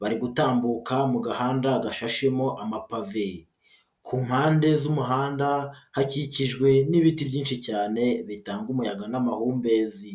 Bari gutambuka mu gahanda gashashemo amapave, ku mpande z'umuhanda hakikijwe n'ibiti byinshi cyane bitanga umuyaga n'amahumbezi.